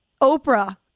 oprah